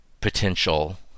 potential